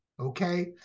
Okay